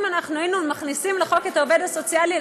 אם אנחנו היינו מכניסים לחוק את העובד הסוציאלי,